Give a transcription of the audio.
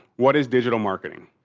what is digital marketing?